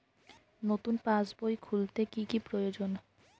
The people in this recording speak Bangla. নতুন পাশবই খুলতে কি কি প্রয়োজন?